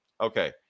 Okay